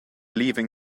leaving